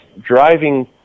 driving